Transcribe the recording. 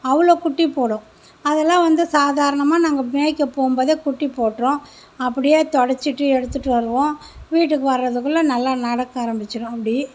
அவ்வளோ குட்டி போடும் அதெல்லாம் வந்து சாதாரணமாக நாங்கள் மேய்க்க போம் போது குட்டி போட்ரும் அப்படியே தொடச்சிவிட்டு எடுத்துகிட்டு வருவோம் வீட்டுக்கு வர்றதுக்குள்ளே நல்ல நடக்க ஆரம்பிச்சுடும் அப்படி